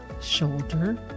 shoulder